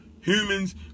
Humans